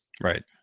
Right